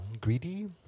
greedy